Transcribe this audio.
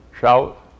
shout